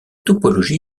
topologie